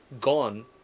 gone